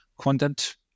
content